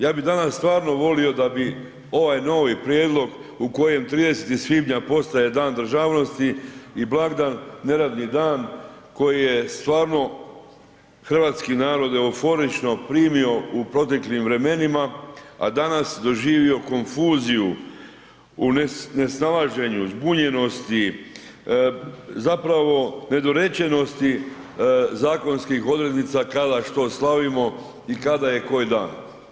Ja bih danas stvarno volio da bi ovaj novi prijedlog u kojem 30. svibnja postaje Dan državnosti i blagdan, neradni dan koji je stvarno hrvatski narod euforično primio u proteklim vremenima, a danas doživio konfuziju u nesnalaženju, zbunjenosti zapravo nedorečenosti zakonskih odrednica kada što slavimo i kada je koji dan.